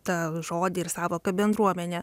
tą žodį ir sąvoką bendruomenė